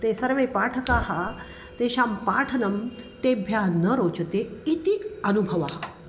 ते सर्वे पाठकाः तेषां पाठनं तेभ्यः न रोचते इति अनुभवः